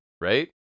Right